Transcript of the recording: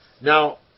Now